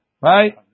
Right